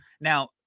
now